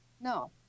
No